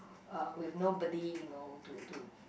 uh with nobody you know to to